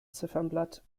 ziffernblatt